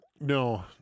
No